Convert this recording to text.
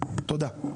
תודה.